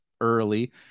early